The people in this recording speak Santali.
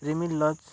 ᱨᱤᱢᱤᱞ ᱞᱚᱱᱪ